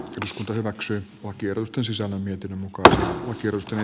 eduskunta hyväksyy vakiorustasi samaa mieltä kok kiitos